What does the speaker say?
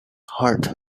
heart